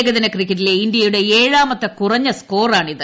ഏകദിന ക്രിക്കറ്റിലെ ഇന്ത്യയുടെ ഏഴാമത്തെ കുറഞ്ഞ സ്കോറാണ് ഇത്